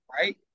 right